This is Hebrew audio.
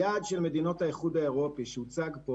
היעד של מדינות האיחוד האירופי שהוצג פה